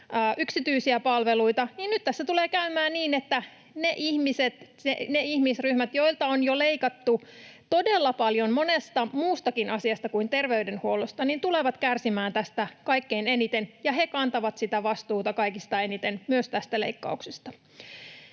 yksityisiä palveluita, niin nyt tässä tulee käymään niin, että ne ihmiset, ne ihmisryhmät, joilta on jo leikattu todella paljon monesta muustakin asiasta kuin terveydenhuollosta, tulevat kärsimään tästä kaikkein eniten. Ja he kantavat sitä vastuuta kaikista eniten — myös näistä leikkauksista.